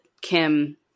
kim